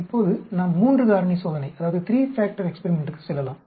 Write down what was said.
இப்போது நாம் மூன்று காரணி சோதனைக்கு செல்லலாம்